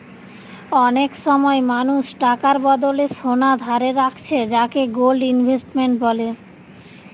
অনেক সময় মানুষ টাকার বদলে সোনা ধারে রাখছে যাকে গোল্ড ইনভেস্টমেন্ট বলে